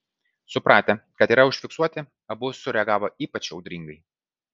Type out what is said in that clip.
supratę kad yra užfiksuoti abu sureagavo ypač audringai